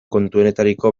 kontuetarako